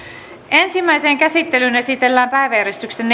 ensimmäiseen käsittelyyn esitellään päiväjärjestyksen